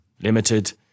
limited